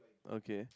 okay